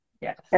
Yes